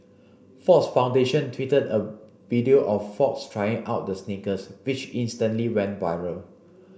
Fox Foundation tweeted a video of Fox trying out the sneakers which instantly went viral